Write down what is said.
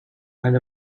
and